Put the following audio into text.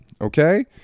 Okay